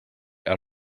out